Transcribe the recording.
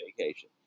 vacation